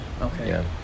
Okay